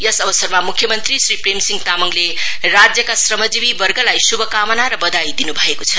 यस अवसरमा मुख्य मंत्री श्री प्रेम सिंह तामाङले राज्यका श्रमजीवि वर्गलाई शुभकामना र बधाई दिनु भएको छ